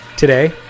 Today